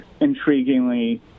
intriguingly